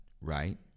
right